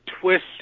twist